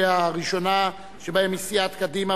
והראשונה שבהן היא סיעת קדימה.